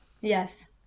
Yes